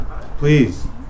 Please